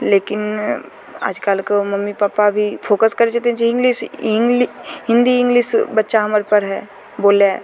लेकिन आजकलके mummy papa भी फोकस करय छथिन जे इंग्लिश हिन्दी इंग्लिश बच्चा हमर पढ़य बोलय